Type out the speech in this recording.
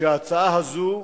שההצעה הזאת,